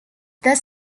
that